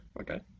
Okay